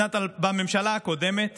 בממשלה הקודמת